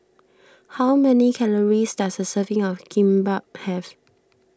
how many calories does a serving of Kimbap have